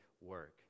work